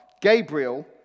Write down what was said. Gabriel